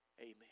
Amen